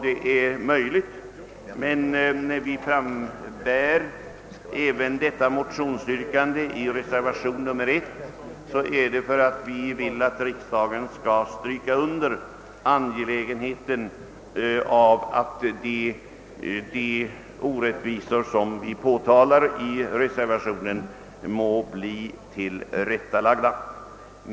Det är möjligt, men när vi frambär även detta motionsyrkande i reservationen I, så är det för att vi vill att riksdagen skall stryka under angelägenheten av att de orättvisor som vi påtalar i reservationen må bli tillrättalagda.